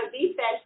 defense